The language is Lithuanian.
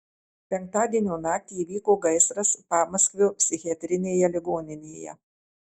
penktadienio naktį įvyko gaisras pamaskvio psichiatrinėje ligoninėje